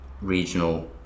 regional